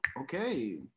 Okay